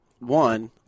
One